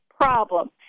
problem